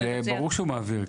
זה ברור שהוא מעביר.